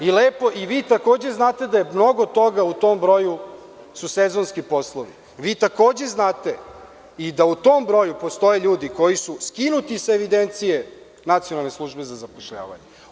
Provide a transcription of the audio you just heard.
Vi takođe znate da mnogo toga u tom broju su sezonski poslovi, vi takođe znate da i u tom broju postoje ljudi koji su skinuti sa evidencije Nacionalne službe za zapošljavanje.